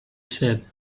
said